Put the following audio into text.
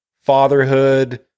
Fatherhood